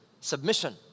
submission